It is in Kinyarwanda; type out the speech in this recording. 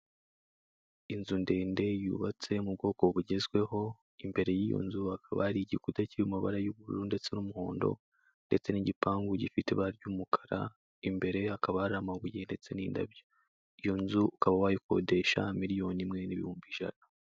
Inzu ndende yubatse mu bwoko bugezweho, imbere y'iyo nzu hakaba ari igikuta kiri mu amabara y'ubururu ndetse n'umuhondo ndetse n'igipangu gifite ibara ry'umukara, imbere hakaba hari amabuye ndetse n'indabyo, iyo nzu ukaba wayikodesha miliyoni imwe n'ibihumbi ijana.